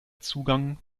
zugang